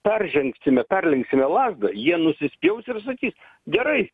peržengsime perlenksime lazdą jie nusispjaus ir sakys gerai